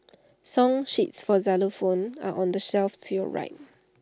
song sheets for xylophones are on the shelf to your right